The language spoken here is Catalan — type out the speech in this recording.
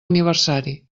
aniversari